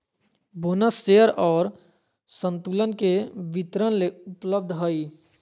bonus share और संतुलन के वितरण ले उपलब्ध हइ